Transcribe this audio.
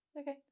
Okay